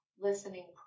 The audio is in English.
listening